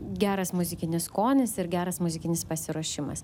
geras muzikinis skonis ir geras muzikinis pasiruošimas